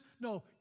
No